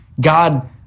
God